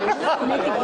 ומה.